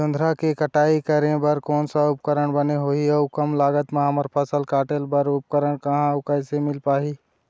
जोंधरा के कटाई करें बर कोन सा उपकरण बने होही अऊ कम लागत मा हमर फसल कटेल बार उपकरण कहा अउ कैसे मील पाही?